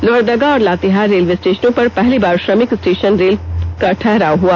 लोहरदगा और लातेहार रेलवे स्टेषनों पर पहली बार श्रमिक स्टेषन ट्रेन का ठहराव हुआ